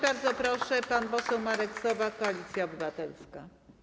Bardzo proszę, pan poseł Marek Sowa, Koalicja Obywatelska.